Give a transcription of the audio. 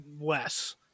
less